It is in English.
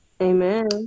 amen